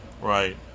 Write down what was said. Right